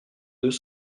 deux